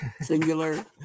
Singular